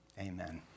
Amen